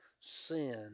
Sin